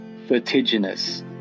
vertiginous